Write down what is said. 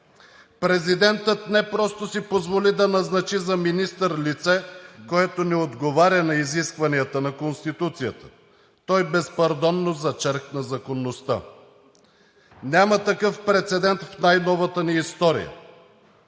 Президентът не просто си позволи да назначи за министър лице, което не отговаря на изискванията на Конституцията, той безпардонно зачеркна законността. Няма такъв прецедент в най-новата ни история.